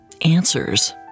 answers